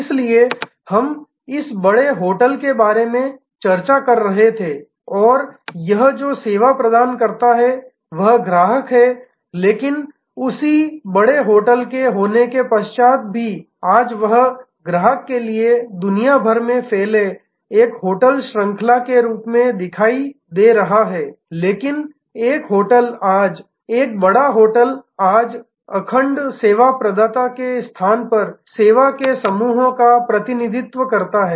इसलिए हम इस बड़े होटल के बारे में चर्चा कर रहे थे और यह जो सेवा प्रदान करता है वह ग्राहक है लेकिन उसी बड़े होटल के होने के पश्चात भी वह आज भी ग्राहक के लिए यह दुनिया भर में फैले एक होटल श्रृंखला के रूप में दिखाई दे रहा है लेकिन एक होटल आज एक बड़ा होटल आज एक अखंड सेवा प्रदाता के स्थान पर सेवा के समूहो का प्रतिनिधित्व करता है